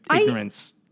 ignorance